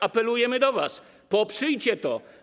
Apelujemy do was: poprzyjcie to.